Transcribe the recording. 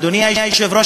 אדוני היושב-ראש,